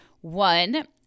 One